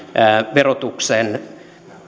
verotuksen